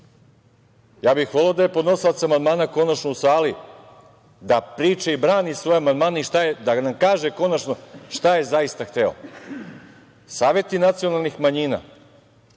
bih da je podnosilac amandmana konačno u sali, da priča i brani svoje amandmane i da nam kaže konačno šta je zaista hteo. Saveti nacionalnih manjina